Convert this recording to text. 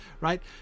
right